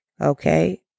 Okay